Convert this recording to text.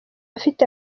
afite